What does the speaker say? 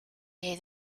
day